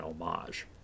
homage